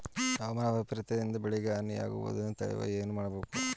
ಹವಾಮಾನ ವೈಪರಿತ್ಯ ದಿಂದ ಬೆಳೆಗಳಿಗೆ ಹಾನಿ ಯಾಗುವುದನ್ನು ತಡೆಯಲು ಏನು ಮಾಡಬೇಕು?